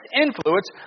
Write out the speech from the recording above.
influence